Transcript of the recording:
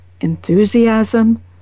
enthusiasm